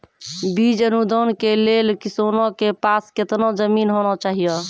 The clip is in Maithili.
बीज अनुदान के लेल किसानों के पास केतना जमीन होना चहियों?